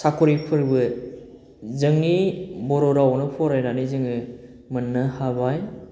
साख्रिफोरबो जोंनि बर' रावआवनो फरायनानै जोङो मोन्नो हाबाय